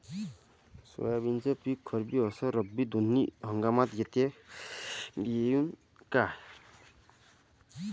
सोयाबीनचं पिक खरीप अस रब्बी दोनी हंगामात घेता येईन का?